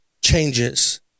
changes